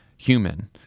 human